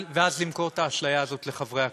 ואז למכור את האשליה הזאת לחברי הכנסת.